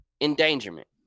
Endangerment